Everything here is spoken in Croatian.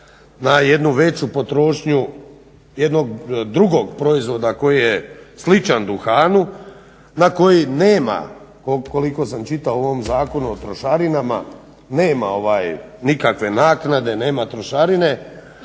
na jednu veću potrošnju jednog drugog proizvoda koji je sličan duhanu, na koji nema koliko sam čitao u ovom zakonu o trošarinama nema nikakve naknade, nema trošarine,